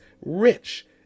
rich